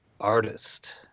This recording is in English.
artist